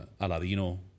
Aladino